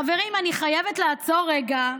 חברים, אני חייבת לעצור רגע,